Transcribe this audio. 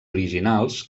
originals